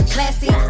Classy